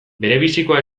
berebizikoa